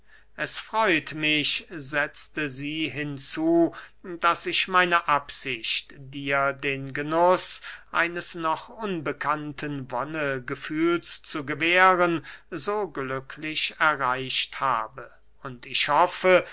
es freut mich setzte sie hinzu daß ich meine absicht dir den genuß eines noch unbekannten wonnegefühls zu gewähren so glücklich erreicht habe und ich hoffe